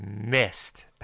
missed